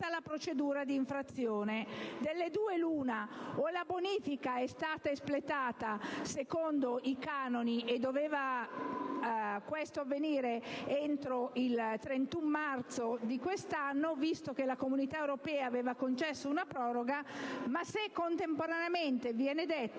la procedura di infrazione. Delle due l'una: o la bonifica è stata espletata secondo i canoni (e questo doveva avvenire entro il 31 marzo di quest'anno, visto che la Comunità europea aveva concesso una proroga), oppure se contemporaneamente viene detto